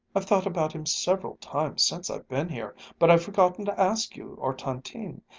i've thought about him several times since i've been here, but i've forgotten to ask you or tantine.